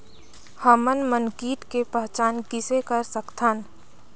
हमन मन कीट के पहचान किसे कर सकथन?